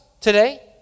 today